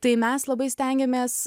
tai mes labai stengiamės